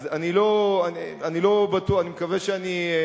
אז אני לא בטוח, אני מקווה שאני,